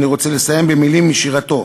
אני רוצה לסיים במילים משירתו: